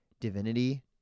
divinity